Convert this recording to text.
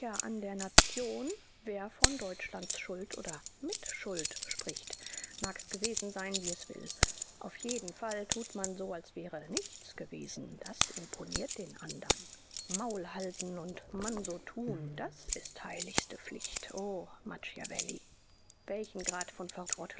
an der nation wer von deutschlands schuld oder mitschuld spricht mag's gewesen sein wie's will auf jeden fall tut man so als wäre nichts gewesen das imponiert den andern maulhalten und mansotun das ist heiligste pflicht o machiavelli welchen grad von